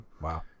Wow